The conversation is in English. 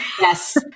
Yes